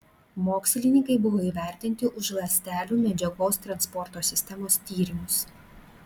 mokslininkai buvo įvertinti už ląstelių medžiagos transporto sistemos tyrimus